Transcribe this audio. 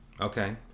Okay